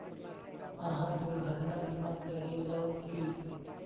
अहाँ दुर्घटना बीमा करेलौं की?